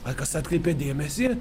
ar kas atkreipė dėmesį